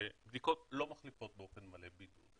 שבדיקות לא מחליפות באופן מלא בידוד.